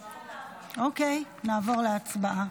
אוקיי, נעבור להצבעה.